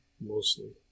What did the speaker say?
mostly